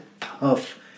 tough